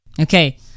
Okay